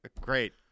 great